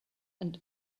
and